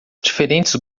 diferentes